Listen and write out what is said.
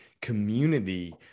community